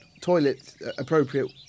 toilet-appropriate